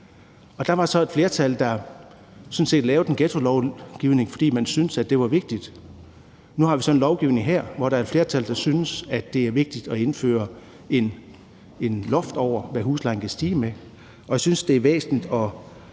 Der var så et flertal, der sådan set lavede en ghettolovgivning, fordi man syntes, det var vigtigt. Nu har vi så en lovgivning her, hvor der er et flertal, der synes, at det er vigtigt at indføre et loft over, hvad huslejen kan stige med, og jeg synes jo, det er væsentligt, at